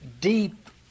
deep